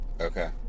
Okay